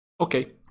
Okay